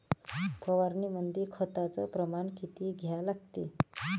फवारनीमंदी खताचं प्रमान किती घ्या लागते?